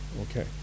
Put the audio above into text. Okay